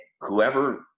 Whoever